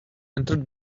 entered